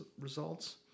results